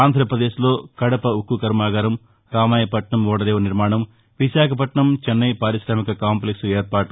ఆంధ్రాపదేశ్ కడప ఉక్కు కర్మాగారం రామాయపట్నం ఓడరేవు నిర్మాణం విశాఖపట్టణం చెన్నై పారికామిక కాంప్లెక్ ఏర్పాటు